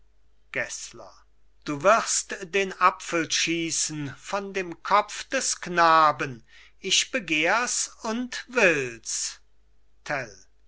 du wirst den apfel schiessen von dem kopf des knaben ich begehr's und will's